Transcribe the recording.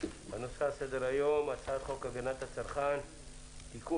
והנושא שעל סדר היום הוא הצעת חוק הגנת הצרכן (תיקון